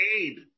Aid